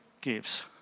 gives